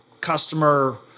customer